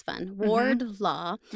Wardlaw